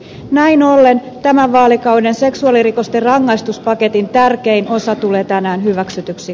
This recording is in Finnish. näin ollen tämän vaalikauden seksuaalirikosten rangaistuspaketin tärkein osa tulee tänään hyväksytyksi